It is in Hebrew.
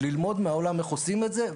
ללמוד מהעולם איך עושים את זה.